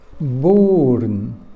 born